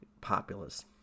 populace